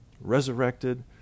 resurrected